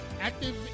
Active